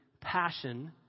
passion